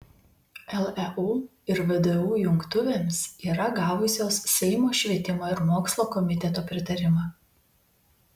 leu ir vdu jungtuvėms yra gavusios seimo švietimo ir mokslo komiteto pritarimą